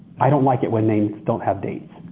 i don't like it when names don't have dates.